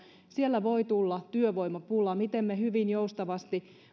voi tulla työvoimapula miten me hyvin joustavasti